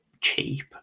cheap